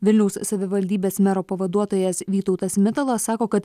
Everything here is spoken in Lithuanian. vilniaus savivaldybės mero pavaduotojas vytautas mitalas sako kad